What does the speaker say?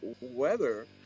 weather